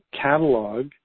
catalog